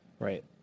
Right